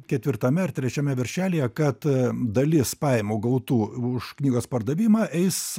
ketvirtame ar trečiame viršelyje kad dalis pajamų gautų už knygos pardavimą eis